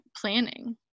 planning